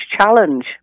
challenge